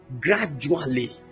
gradually